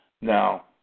Now